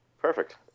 Perfect